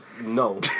No